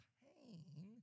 pain